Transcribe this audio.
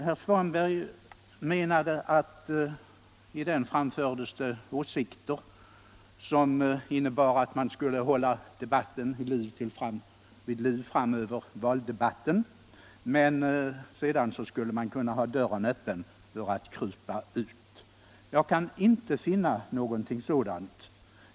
Herr Svanberg menade att i den framfördes åsikter, som innebar att man skulle hålla debatten vid liv över valet, men sedan skulle man kunna ha dörren öppen för att krypa ut. Jag kan inte finna någonting sådant.